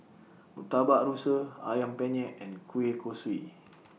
Murtabak Rusa Ayam Penyet and Kueh Kosui